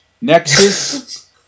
Nexus